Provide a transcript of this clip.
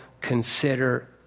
consider